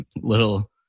little